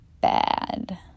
bad